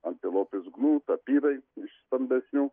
antilopės gnu tapyrai iš stambesnių